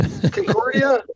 Concordia